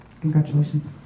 congratulations